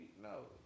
no